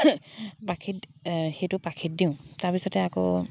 পাখিত সেইটো পাখিত দিওঁ তাৰপিছতে আকৌ